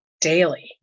daily